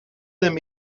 them